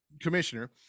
commissioner